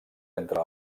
entre